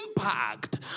impact